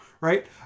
right